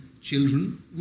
children